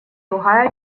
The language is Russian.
ругая